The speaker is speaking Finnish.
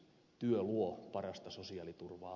työ luo parasta sosiaaliturvaa